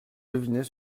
deviner